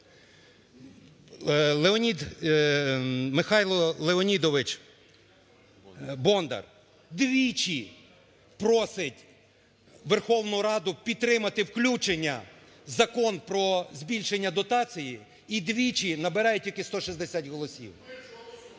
Михайло Леонідович Бондар двічі просить Верховну Раду підтримати включення Закону про збільшення дотації і двічі набирає тільки 160 голосів.